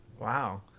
Wow